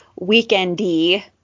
weekendy